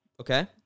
Okay